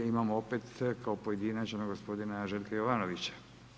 Imamo opet kao pojedinačno gospodina Željka Jovanovića.